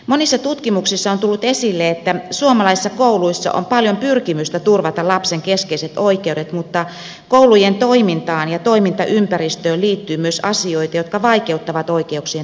monissa tutkimuksissa on tullut esille että suomalaisissa kouluissa on paljon pyrkimystä turvata lapsen keskeiset oikeudet mutta koulujen toimintaan ja toimintaympäristöön liittyy myös asioita jotka vaikeuttavat oikeuksien toteutumista